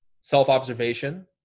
self-observation